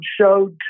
showed